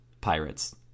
Pirates